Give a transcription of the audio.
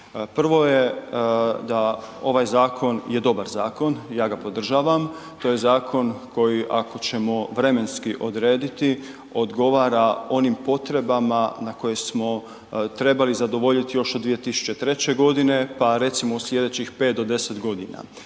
Prvo je da ovaj zakon je dobar zakon i ja ga podržavam. To je zakon ako ćemo vremenski odrediti odgovara onim potrebama na koje smo trebali zadovoljiti još od 2003. godine pa recimo sljedećih 5 do 10 godina.